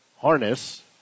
Harness